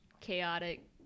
chaotic